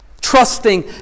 trusting